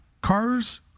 Cars